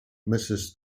mrs